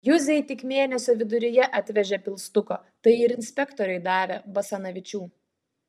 juzei tik mėnesio viduryje atvežė pilstuko tai ir inspektoriui davė basanavičių